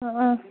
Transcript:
ꯎꯝ ꯎꯝ